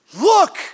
Look